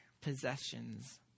possessions